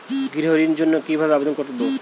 গৃহ ঋণ জন্য কি ভাবে আবেদন করব?